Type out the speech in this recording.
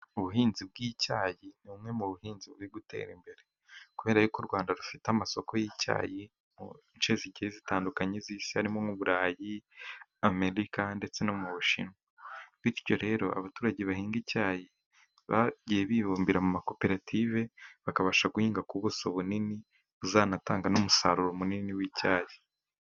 Ubuhinzi bw'icyayi ni bumwe mu buhinzi buri gutera imbere, kubera yuko ko u Rwanda rufite amasoko y'icyayi muduce tugiye dutandukanye tw'isi harimo: n'uburayi, Amerika ndetse no mu ushinwa, bityo rero abaturage bahinga icyayi, bagiye bibumbira mu makoperative, bakabasha guhinga ku buso bunini buzanatanga n'umusaruro munini w'icyayi.